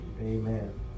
Amen